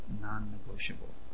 non-negotiable